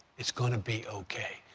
it's going to be ok.